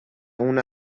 اون